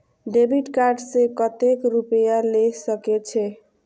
Debit card से कतेक रूपया ले सके छै?